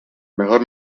mejor